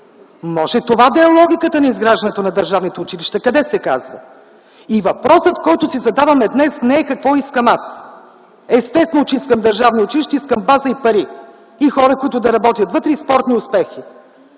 Може това да е логиката на изграждането на държавните училища. Къде се казва? Въпросът, който си задаваме днес, не е какво искам аз. Естествено, че искам държавно училище, искам база, пари, хора, които да работят вътре, и спортни успехи.